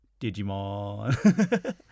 Digimon